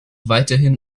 weiterhin